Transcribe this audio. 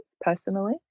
personally